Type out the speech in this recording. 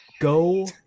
Go